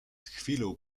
chwilą